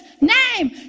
name